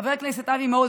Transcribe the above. חבר הכנסת אבי מעוז,